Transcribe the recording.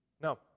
Now